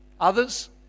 Others